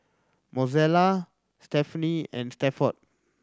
Mozelle Stephenie and Stafford